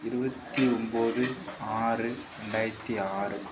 இருபத்தி ஒம்பது ஆறு ரெண்டாயிரத்து ஆறு